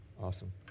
Awesome